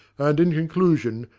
and, in conclusion,